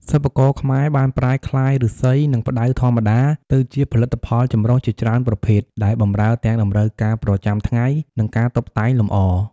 សិប្បករខ្មែរបានប្រែក្លាយឫស្សី និងផ្តៅធម្មតា ទៅជាផលិតផលចម្រុះជាច្រើនប្រភេទដែលបម្រើទាំងតម្រូវការប្រចាំថ្ងៃ និងការតុបតែងលម្អ។